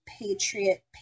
Patriot